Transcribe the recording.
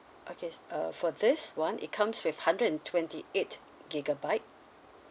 okay s~ uh for this one it comes with hundred and twenty eight gigabyte